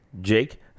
Jake